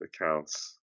accounts